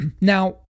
Now